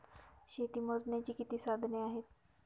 शेती मोजण्याची किती साधने आहेत?